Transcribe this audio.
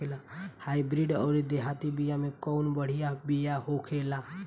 Hybrid अउर देहाती बिया मे कउन बढ़िया बिया होखेला?